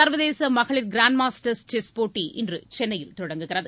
சர்வதேச மகளிர் grandmaster chess போட்டி இன்று சென்னையில் தொடங்குகிறது